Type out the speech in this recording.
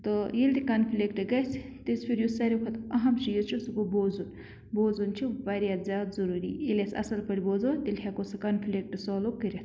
تہٕ ییٚلہِ تہِ کَنفلِکٹ گژھِ تِژھ پھِرِ یُس ساروی کھۄتہٕ اہم چیٖز چھُ سُہ گوٚو بوزُن بوزُن چھِ واریاہ زیادٕ ضروٗری ییٚلہِ أسۍ اَصٕل پٲٹھۍ بوزو تیٚلہِ ہٮ۪کو سُہ کَنفلِکٹ سالُو کٔرِتھ